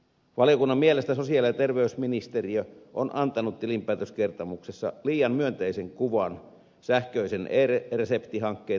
valiokunnan mielestä sosiaali ja terveysministeriö on antanut tilinpäätöskertomuksessa liian myönteisen kuvan sähköisen reseptihankkeen toteutumisesta